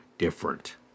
different